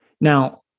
Now